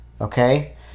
okay